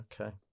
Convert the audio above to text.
okay